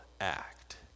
act